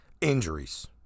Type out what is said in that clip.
injuries